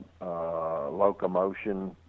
locomotion